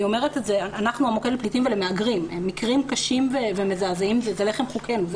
אנחנו המוקד לפליטים ולמהגרים ומקרים קשים ומזעזעים זה לחם חוקנו.